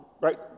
right